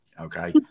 Okay